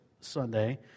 Sunday